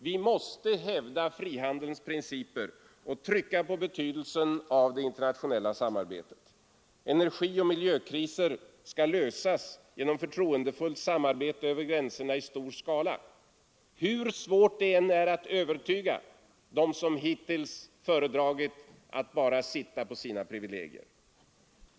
Vi måste hävda frihandelns principer och trycka på betydelsen av det internationella samarbetet. Energioch miljökriser skall lösas genom förtroendefullt samarbete över gränserna — i stor skala — hur svårt det än är att övertyga dem som hittills föredragit att bara sitta på sina privilegier.